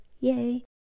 Yay